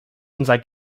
unser